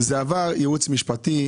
זה עבר ייעוץ משפטי,